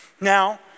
Now